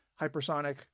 hypersonic